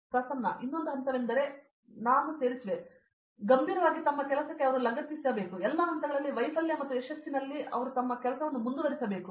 ಪ್ರಸನ್ನ ಇನ್ನೊಂದು ಹಂತವೆಂದರೆ ನಾನು ಸೇರಿಸುವೆ ಇಲ್ಲಿ ಸಂಶೋಧನಾ ವಿದ್ವಾಂಸ ಅವರು ಗಂಭೀರವಾಗಿ ತನ್ನ ಕೆಲಸಕ್ಕೆ ಲಗತ್ತಿಸಬೇಕು ಮತ್ತು ಎಲ್ಲಾ ಹಂತಗಳಲ್ಲಿ ವೈಫಲ್ಯ ಮತ್ತು ಯಶಸ್ಸಿನಲ್ಲಿ ಅವರು ತಮ್ಮ ಕೆಲಸವನ್ನು ಶ್ಲಾಘಿಸಬೇಕು